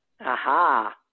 Aha